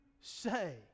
say